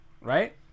right